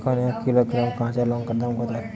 এখন এক কিলোগ্রাম কাঁচা লঙ্কার দাম কত?